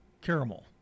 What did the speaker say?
caramel